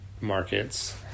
markets